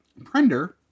Prender